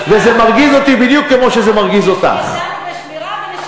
נרדמנו בשמירה.